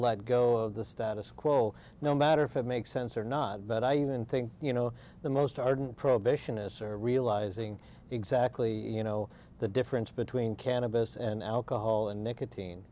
let go of the status quo no matter if it makes sense or not but i even think you know the most ardent prohibitionists are realizing exactly you know the difference between cannabis and alcohol and nicotine